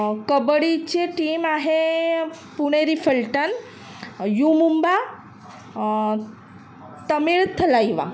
कबड्डीचे टीम आहे पुणेरी पलटण युमुंबा तमिळ थलाइवा